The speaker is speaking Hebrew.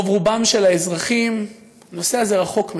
רוב-רובם של האזרחים, הנושא הזה רחוק מהם.